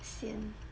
sian